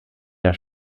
der